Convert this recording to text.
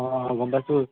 অঁ গম পাইছোঁ